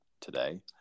today